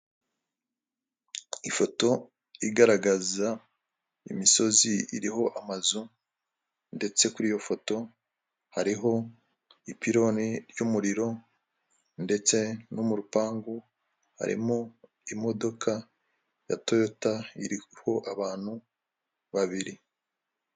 Ifoto igaragaza imisozi iriho amazu ndetse kuri iyo foto hariho ipironi ry'umuriro ndetse no mu rupangu harimo imodoka ya toyota iriho abantu babiri.